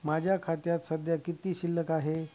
माझ्या खात्यात सध्या किती शिल्लक आहे?